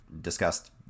discussed